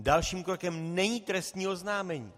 Dalším krokem není trestní oznámení.